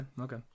okay